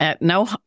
No